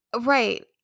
Right